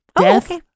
Death